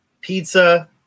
Pizza